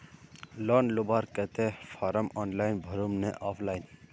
Loan लुबार केते form online भरुम ने ऑफलाइन?